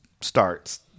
starts